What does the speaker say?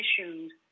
issues